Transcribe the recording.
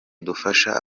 dufasha